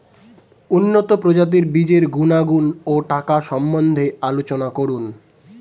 উন্নত প্রজাতির বীজের গুণাগুণ ও টাকার সম্বন্ধে আলোচনা করুন